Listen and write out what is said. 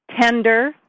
tender